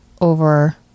over